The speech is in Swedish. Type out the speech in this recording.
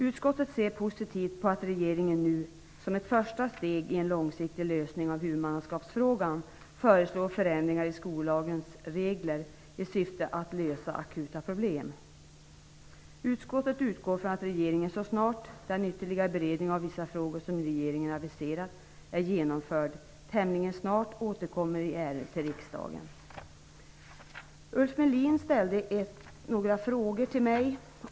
Utskottet ser positivt på att regeringen nu som ett första steg på en långsiktig lösning i huvudmannaskapsfrågan föreslår förändringar i skollagens regler i syfte att lösa akuta problem. Utskottet utgår från att regeringen, när den ytterligare beredning av vissa frågor som regeringen aviserat är genomförd, tämligen snart återkommer i ärendet till riksdagen. Ulf Melin ställde några frågor till mig.